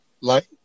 light